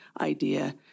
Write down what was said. idea